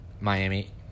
Miami